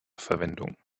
verwendung